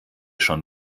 schon